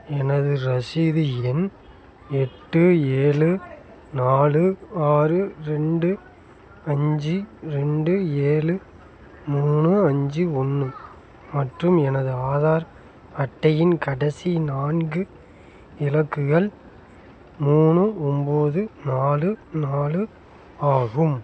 எனது ரசீது எண் எட்டு ஏழு நாலு ஆறு ரெண்டு அஞ்சு ரெண்டு ஏழு மூணு அஞ்சு ஒன்று மற்றும் எனது ஆதார் அட்டையின் கடைசி நான்கு இலக்குகள் மூணு ஒம்போது நாலு நாலு ஆகும்